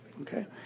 Okay